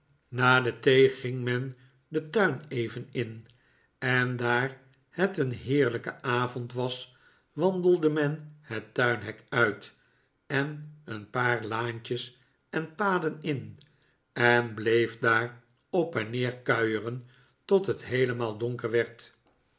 na de thee ging men den tuin even in en daar het een heerlijke avond was wandelde men het tuinhek uit en een paar laantjes en paden in en bleef daar op en neer kuieren tot het heelemaal donker werd